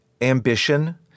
ambition